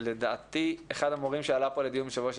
לדעתי אחד המורים שעלה פה לדיון בשבוע שעבר,